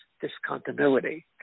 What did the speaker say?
discontinuity